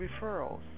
referrals